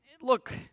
look